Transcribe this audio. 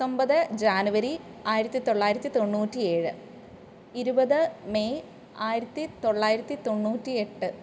പത്തൊമ്പത് ജാനുവരി ആയിരത്തി തൊള്ളായിരത്തി തൊണ്ണൂറ്റി ഏഴ് ഇരുപത് മെയ് ആയിരത്തി തൊള്ളായിരത്തി തൊണ്ണൂറ്റി എട്ട്